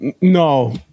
No